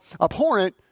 abhorrent